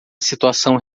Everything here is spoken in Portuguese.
situação